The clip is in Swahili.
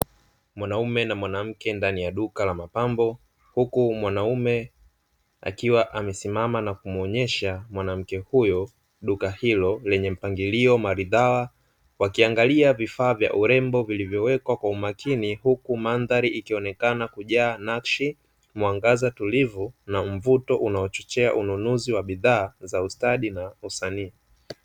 Mwanaume na mwanamke ndani ya duka la mapambo huku mwanaume akiwa amesimama na kumuonyesha mwanamke huyo duka hilo lenye mpangilio maridhawa, wakiangalia vifaa vya urembo vilivyowekwa kwa umakini, huku mandhari ikionekana kujaa nakshi mwangaza tulivu na mvuto unaochochea ununuzi wa bidhaa za ustadi na usanii.